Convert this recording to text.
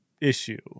Issue